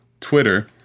Twitter